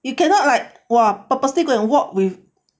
you cannot like !wah! purposely go and walk with